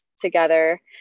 together